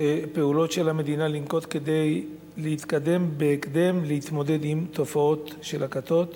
שעל המדינה לנקוט כדי להתקדם בהקדם ולהתמודד עם תופעת הכתות.